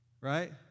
Right